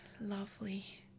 Lovely